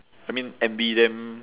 I mean envy them